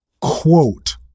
quote